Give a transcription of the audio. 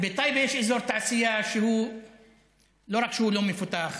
בטייבה יש אזור תעשייה שלא רק שהוא לא מפותח,